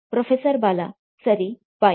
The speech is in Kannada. ಪ್ರೊಫೆಸರ್ ಬಾಲಾ ಸರಿ ಬೈ